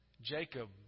Jacob